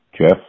Jeff